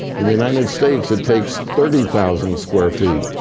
in the united states, it takes thirty thousand square feet.